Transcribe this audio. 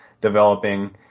developing